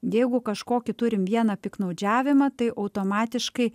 jeigu kažkokį turim vieną piktnaudžiavimą tai automatiškai